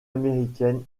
américaine